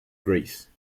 greece